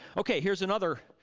okay, here's another